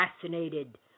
fascinated